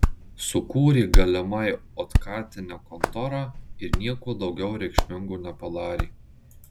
sukūrė galimai otkatinę kontorą ir nieko daugiau reikšmingo nepadarė